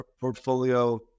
portfolio